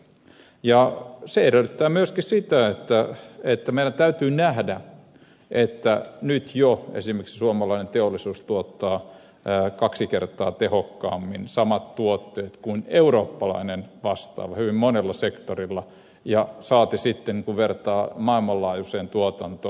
ja se edellyttää myöskin sitä että meidän täytyy nähdä että nyt jo esimerkiksi suomalainen teollisuus tuottaa kaksi kertaa tehokkaammin samat tuotteet kuin eurooppalainen vastaava hyvin monella sektorilla saati sitten kun vertaa maailmanlaajuiseen tuotantoon